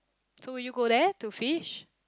so would you go there to fish